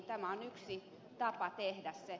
tämä on yksi tapa tehdä se